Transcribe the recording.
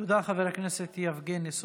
תודה, חבר הכנסת יבגני סובה.